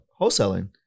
wholesaling